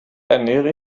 ernähre